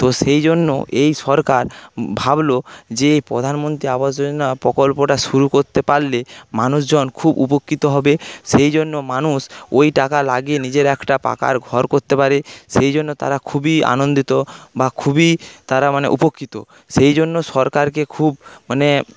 তো সেই জন্য এই সরকার ভাবল যে প্রধানমন্ত্রী আবাস যোজনা প্রকল্পটা শুরু করতে পারলে মানুষজন খুব উপকৃত হবে সেই জন্য মানুষ ওই টাকা লাগিয়ে নিজের একটা পাকা ঘর করতে পারে সেই জন্য তারা খুবই আনন্দিত বা খুবই তারা মানে উপকৃত সেই জন্য সরকারকে খুব মানে